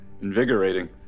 invigorating